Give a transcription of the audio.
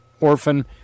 orphan